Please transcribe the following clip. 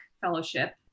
fellowship